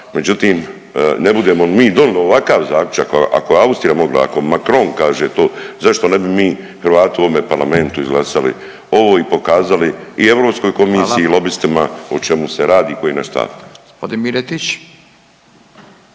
međutim, ne budemo mi donijeli ovakav zaključak, ako je Austrija mogla, ako Macron kaže to, zašto ne bi mi Hrvati u ovome parlamentu izglasali ovo i pokazali i EK i lobistima .../Upadica: Hvala./... o čemu se radi i koji je naš stav.